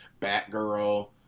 Batgirl